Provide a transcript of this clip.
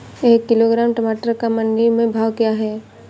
एक किलोग्राम टमाटर का मंडी में भाव क्या है?